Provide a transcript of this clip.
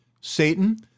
Satan